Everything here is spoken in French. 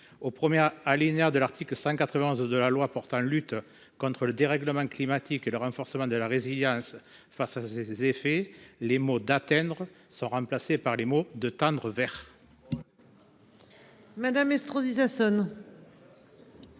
au 1er alinéa de l'article 191 de la loi portant lutte contre le dérèglement climatique et le renforcement de la résilience face à ces effets, les mots d'atteindre sont remplacés par les mots de tendre vers.